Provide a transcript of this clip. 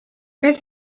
elle